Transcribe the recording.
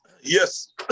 Yes